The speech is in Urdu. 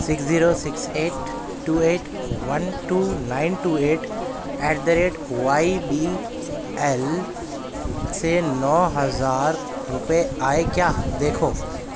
six zero six eight two eight one two nine two eight at the rate Y B L سے نو ہزار روپے آئے کیا دیکھو